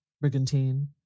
brigantine